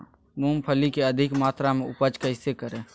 मूंगफली के अधिक मात्रा मे उपज कैसे करें?